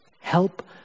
help